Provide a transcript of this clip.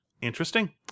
Interesting